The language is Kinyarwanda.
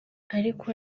ariko